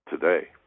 today